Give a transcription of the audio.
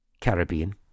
Caribbean